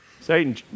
Satan